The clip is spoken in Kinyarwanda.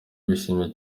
bishimiye